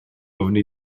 ofni